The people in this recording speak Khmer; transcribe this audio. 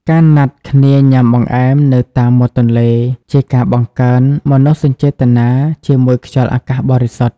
ការណាត់គ្នាញ៉ាំបង្អែមនៅតាមមាត់ទន្លេ ជាការបង្កើនមនោសញ្ចេតនាជាមួយខ្យល់អាកាសបរិសុទ្ធ។